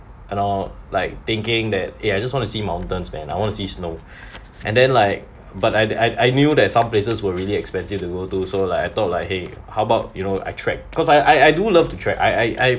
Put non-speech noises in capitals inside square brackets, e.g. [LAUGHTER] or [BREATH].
and all like thinking that eh I just want to see mountains man I want to see snow [BREATH] and then like but I I I knew that some places were really expensive to go to so like I thought like !hey! how about you know I tract cause I I do love to tract I I I